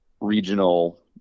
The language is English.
regional